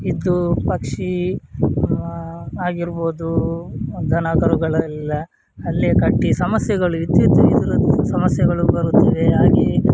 ಇದು ಪಕ್ಷಿ ಆಗಿರ್ಬೋದು ದನಕರುಗಳೆಲ್ಲ ಅಲ್ಲೇ ಕಟ್ಟಿ ಸಮಸ್ಯೆಗಳು ವಿದ್ಯುತ್ತಿಗೆ ಇದರದ್ದು ಸಮಸ್ಯೆಗಳು ಬರುತ್ತಿವೆ ಹಾಗೆಯೇ